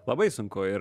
labai sunku ir